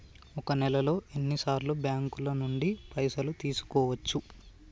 ఒక నెలలో ఎన్ని సార్లు బ్యాంకుల నుండి పైసలు తీసుకోవచ్చు?